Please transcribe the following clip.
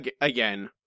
again